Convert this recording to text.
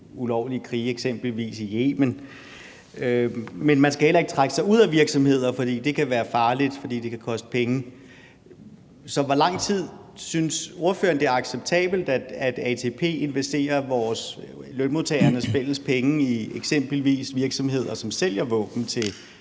ulovlige krige, eksempelvis i Yemen, men at man heller ikke skal trække sig ud af virksomheder, for det kan være farligt, fordi det kan koste penge. Så hvor lang tid synes ordføreren det er acceptabelt at ATP investerer vores fælles penge, lønmodtagernes penge i eksempelvis virksomheder, som sælger våben til